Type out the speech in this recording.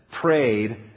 prayed